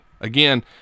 Again